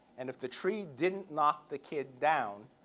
and if the tree didn't knock the kid down,